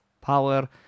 power